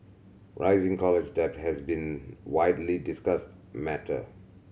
rising college debt has been widely discussed matter